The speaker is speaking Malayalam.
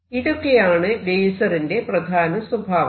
ഇതൊക്കെയാണ് ലേസറിന്റെ പ്രധാന സ്വഭാവങ്ങൾ